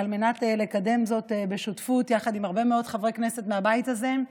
על מנת לקדם זאת בשותפות יחד עם הרבה מאוד חברי כנסת מהבית הזה.